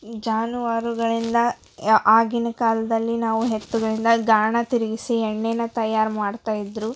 ಜಾನುವಾರುಗಳಿಂದ ಆಗಿನ ಕಾಲದಲ್ಲಿ ನಾವು ಎತ್ತುಗಳಿಂದ ಗಾಣ ತಿರುಗಿಸಿ ಎಣ್ಣೆನ ತಯಾರು ಮಾಡ್ತಾ ಇದ್ದರು